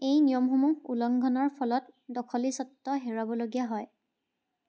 এই নিয়মসমূহ উলংঘনৰ ফলত দখলীস্বত্ব হেৰুৱাবলগীয়া হয়